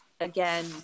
again